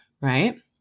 right